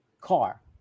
car